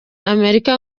amerika